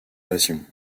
passion